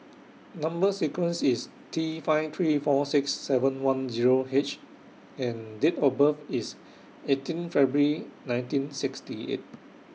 Number sequence IS T five three four six seven one Zero H and Date of birth IS eighteen February nineteen sixty eight